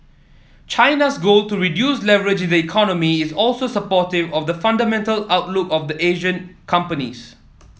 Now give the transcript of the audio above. China's goal to reduce leverage in the economy is also supportive of the fundamental outlook of Asian companies